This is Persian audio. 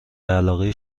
علاقه